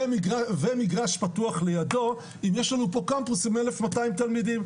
ומגרש פתוח לידו אם יש לנו פה קמפוס עם 1,200 תלמידים,